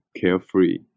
carefree